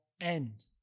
end